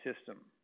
system